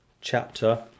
chapter